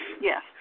Yes